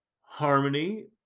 harmony